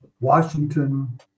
Washington